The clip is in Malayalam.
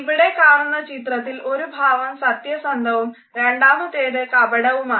ഇവിടെക്കാണുന്ന ചിത്രത്തിൽ ഒരു ഭാവം സത്യസന്ധവും രണ്ടാമത്തേത് കപടവുമാണ്